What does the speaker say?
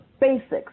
basics